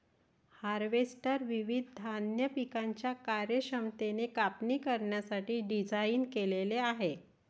harvester विविध धान्य पिकांची कार्यक्षमतेने कापणी करण्यासाठी डिझाइन केलेले आहे